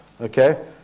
okay